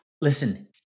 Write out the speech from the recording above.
Listen